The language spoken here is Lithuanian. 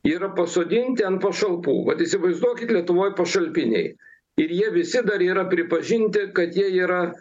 yra pasodinti ant pašalpų vat įsivaizduokit lietuvoj pašalpiniai ir jie visi dar yra pripažinti kad jie yra